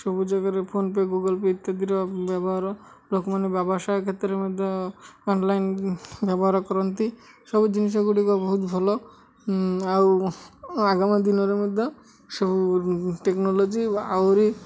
ସବୁ ଜାଗାରେ PhonePe Google Pay ଇତ୍ୟାଦିର ବ୍ୟବହାର ଲୋକମାନେ ବ୍ୟବସାୟ କ୍ଷେତ୍ରରେ ମଧ୍ୟ ଅନ୍ଲାଇନ୍ ବ୍ୟବହାର କରନ୍ତି ସବୁ ଜିନିଷ ଗୁଡ଼ିକ ବହୁତ ଭଲ ଆଉ ଆଗାମୀ ଦିନରେ ମଧ୍ୟ ସବୁ ଟେକ୍ନୋଲୋଜି ଆହୁରି